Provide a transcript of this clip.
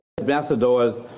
ambassadors